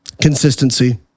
consistency